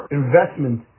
investment